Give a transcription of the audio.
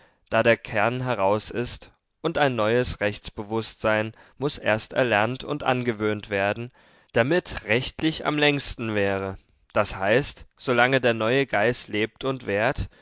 da der kern heraus ist und ein neues rechtsbewußtsein muß erst erlernt und angewöhnt werden damit rechtlich am längsten wäre das heißt solange der neue geist lebt und währt